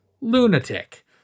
lunatic